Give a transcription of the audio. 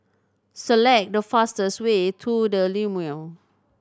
select the fastest way to The Lumiere